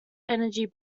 energy